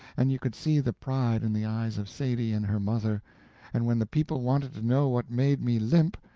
and you could see the pride in the eyes of sadie and her mother and when the people wanted to know what made me limp,